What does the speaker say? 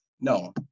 no